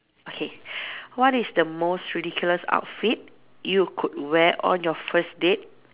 okay what is the most ridiculous outfit you could wear on you first date